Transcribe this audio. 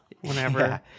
whenever